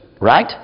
Right